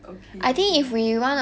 okay then